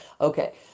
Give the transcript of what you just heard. Okay